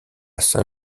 saint